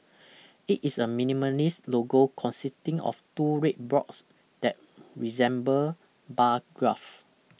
it is a minimalist logo consisting of two red blocks that resemble bar graphs